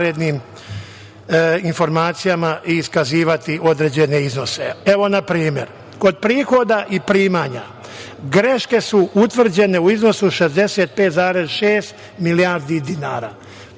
i iskazivati određene iznose. Na primer, kod prihoda i primanja greške su utvrđene u iznosu od 65,6 milijardi dinara.